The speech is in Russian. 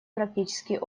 практический